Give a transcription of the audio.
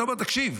אתה אומר: תקשיב,